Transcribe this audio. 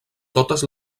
totes